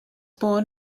born